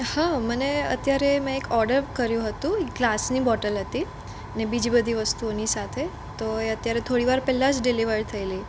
હા મને અત્યારે મેં એક ઓડર કર્યો હતો ગ્લાસની બોટલ હતી ને બીજી બધી વસ્તુઓની સાથે તો એ અત્યારે થોડીવાર પહેલાં જ ડિલેવર થયેલી